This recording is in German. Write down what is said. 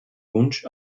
wunsch